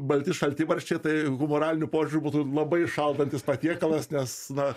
balti šaltibarščiai tai humoraliniu požiūriu būtų labai šaldantis patiekalas nes na